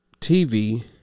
TV